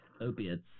Opiates